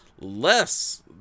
less